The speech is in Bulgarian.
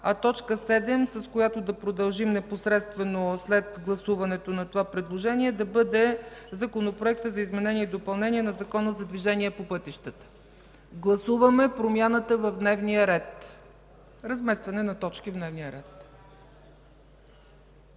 а т. 7, с която да продължим непосредствено след гласуването на това предложение, да бъде Законопроектът за изменение и допълнение на Закона за движение по пътищата. Гласуваме разместването на точки в дневния ред.